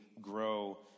grow